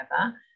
together